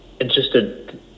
interested